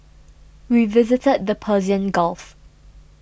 we visited the Persian Gulf